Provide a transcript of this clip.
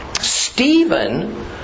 Stephen